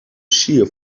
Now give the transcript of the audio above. shear